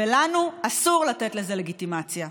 ולנו אסור לתת לזה לגיטימציה.